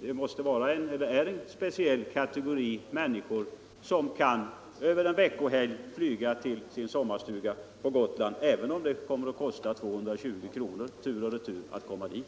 det är en särskild kategori människor som över en veckohelg kan flyga till sin sommarstuga på Gotland även om det kommer att kosta 220 kronor tur och retur.